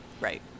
Right